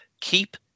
keep